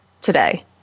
today